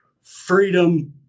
Freedom